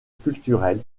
culturel